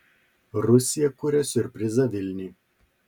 rusija kuria siurprizą vilniui